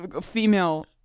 female